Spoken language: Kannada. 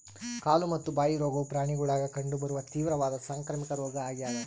ಕಾಲು ಮತ್ತು ಬಾಯಿ ರೋಗವು ಪ್ರಾಣಿಗುಳಾಗ ಕಂಡು ಬರುವ ತೀವ್ರವಾದ ಸಾಂಕ್ರಾಮಿಕ ರೋಗ ಆಗ್ಯಾದ